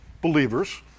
believers